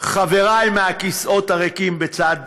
חבריי מהכיסאות הריקים בצד